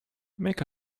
make